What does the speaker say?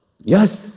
Yes